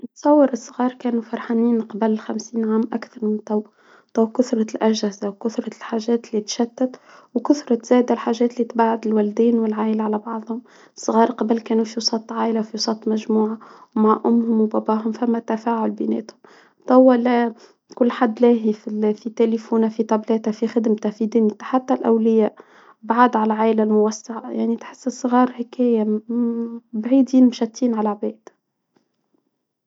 نتصور الصغار كانوا فرحانين قبل خمسين عام أكثر من كثرة الأجل لو كثرت الحاجات لي تشتت وكثرت زاد الحاجات لي تبعد الوالدين والعيلة على بعضهم الصغار قبل كانوا وسط عيلة في وسط مجموعة مع أمهم وباباهم ثم التفاعل بيناتهم توا كل حد لاهي في ال- تليفونة في تابلاتة في خدمتة حتى الأولياء، بعاد على العايلة الموسعة يعني تحس الصغار هكايا بعيدين مشتين على العباد.